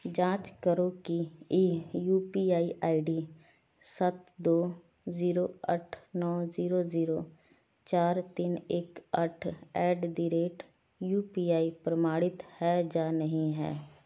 ਜਾਂਚ ਕਰੋ ਕੀ ਇਹ U P I I D ਸੱਤ ਦੋ ਜ਼ੀਰੋ ਅੱਠ ਨੌ ਜ਼ੀਰੋ ਜ਼ੀਰੋ ਚਾਰ ਤਿੰਨ ਇੱਕ ਅੱਠ at the rate U P I ਪ੍ਰਮਾਣਿਤ ਹੈ ਜਾਂ ਨਹੀਂ ਹੈ